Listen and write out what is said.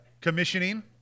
commissioning